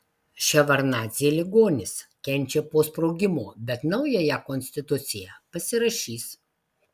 ševardnadzė ligonis kenčia po sprogimo bet naująją konstituciją pasirašys